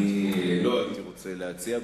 אני לא הייתי רוצה להציע.